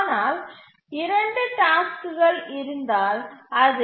ஆனால் 2 டாஸ்க்குகள் இருந்தால் அது